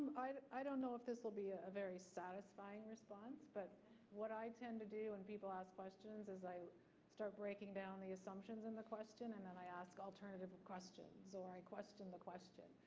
i i don't know if this will be a very satisfying response, but what i tend to do when people ask questions is i start breaking down the assumptions in the question and then i ask alternative questions, so or i question the question.